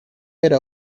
era